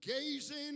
gazing